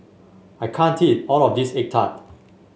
I can't eat all of this egg tart